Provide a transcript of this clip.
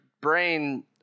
brain